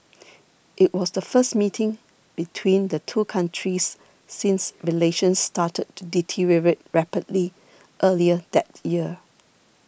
it was the first meeting between the two countries since relations started to deteriorate rapidly earlier that year